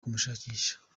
kumushakisha